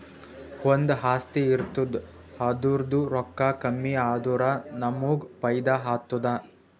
ಒಂದು ಆಸ್ತಿ ಇರ್ತುದ್ ಅದುರ್ದೂ ರೊಕ್ಕಾ ಕಮ್ಮಿ ಆದುರ ನಮ್ಮೂಗ್ ಫೈದಾ ಆತ್ತುದ